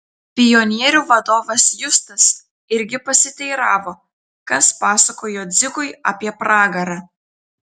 pionierių vadovas justas irgi pasiteiravo kas pasakojo dzikui apie pragarą